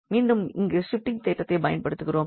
மீண்டும் இங்கு ஷிஃப்டிங் தேற்றத்தை பயன்படுத்துகிறோம்